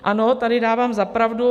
Ano, tady dávám za pravdu.